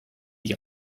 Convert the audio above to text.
die